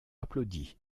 applaudi